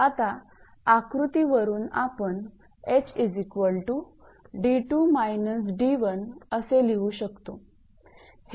आता आकृतीवरून आपण ℎ𝑑2−𝑑1 असे लिहू शकतो